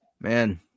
Man